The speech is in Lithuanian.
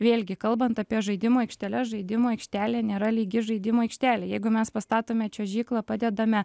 vėlgi kalbant apie žaidimo aikšteles žaidimo aikštelė nėra lygi žaidimų aikštelė jeigu mes pastatome čiuožyklą padedame